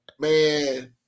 man